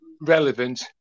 relevant